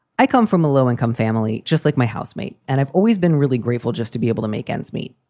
i come from a low income family just like my housemate, and i've always been really grateful just to be able to make ends meet.